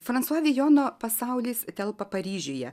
fransua vijono pasaulis telpa paryžiuje